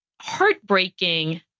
heartbreaking